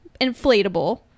inflatable